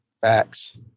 facts